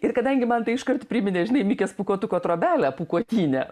ir kadangi man tai iškart priminė žinai mikės pūkuotuko trobelę pūkuotynę